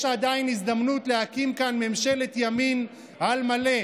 יש עדיין הזדמנות להקים כאן ממשלת ימין על מלא.